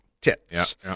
Tits